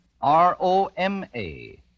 R-O-M-A